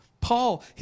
Paul